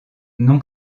non